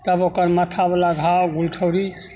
तब ओकर माथावला घाव गुरठौरी